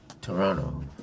Toronto